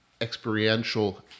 experiential